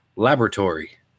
Laboratory